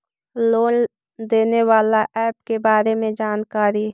Loan देने बाला app के बारे मे जानकारी?